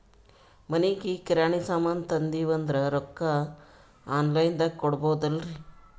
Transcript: ಮನಿಗಿ ಕಿರಾಣಿ ಸಾಮಾನ ತಂದಿವಂದ್ರ ರೊಕ್ಕ ಆನ್ ಲೈನ್ ದಾಗ ಕೊಡ್ಬೋದಲ್ರಿ?